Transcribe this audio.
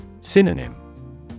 Synonym